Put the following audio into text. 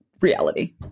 reality